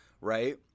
right